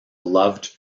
loved